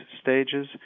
stages